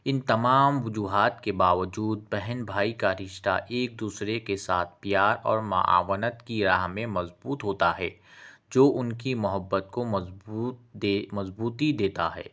ان تمام وجوہات کے باوجود بہن بھائی کا رشتہ ایک دوسرے کے ساتھ پیار اور معاونت کی راہ میں مضبوط ہوتا ہے جو ان کی محبت کو مضبوطے مضبوطی دیتا ہے